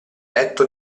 letto